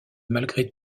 malgré